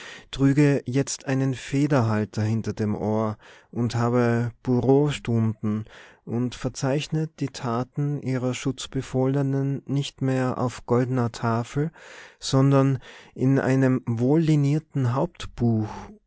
trüge jetzt einen federhalter hinter dem ohr und habe bureaustunden und verzeichne die taten ihrer schutzbefohlenen nicht mehr auf goldener tafel sondern in einem wohlliniierten